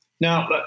Now